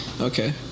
Okay